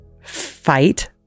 fight